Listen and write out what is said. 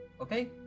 Okay